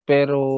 Pero